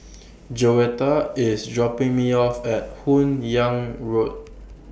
Joetta IS dropping Me off At Hun Yeang Road